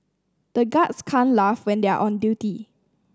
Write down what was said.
the guards can't laugh when they are on duty